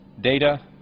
data